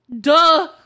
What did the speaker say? Duh